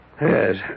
Yes